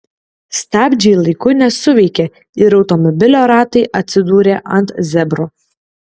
stabdžiai laiku nesuveikė ir automobilio ratai atsidūrė ant zebro